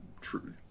true